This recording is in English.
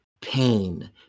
Pain